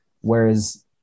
Whereas